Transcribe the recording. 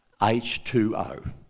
H2O